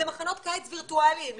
זה מחנות קיץ וירטואליים.